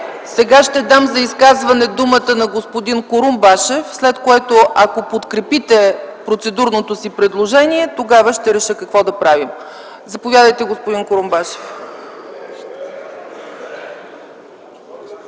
сега ще дам думата за изказване на господин Курумбашев и след него, ако подкрепите процедурното си предложение, тогава ще реша какво да правим. Заповядайте, господин Курумбашев.